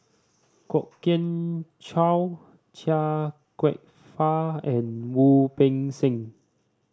Kwok Kian Chow Chia Kwek Fah and Wu Peng Seng